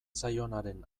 zaionaren